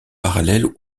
parallèle